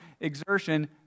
exertion